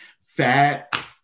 fat